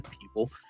people